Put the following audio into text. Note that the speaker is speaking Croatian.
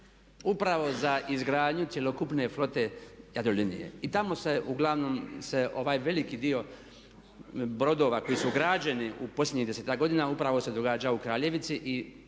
upravo za izgradnju cjelokupne flote Jadrolinije. I tamo se uglavnom se ovaj veliki dio brodova koji su građeni u posljednjih desetak godina upravo se događa u Kraljevici. I za